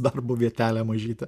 darbo vietelę mažytę